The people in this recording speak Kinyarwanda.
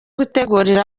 gutegurira